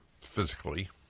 physically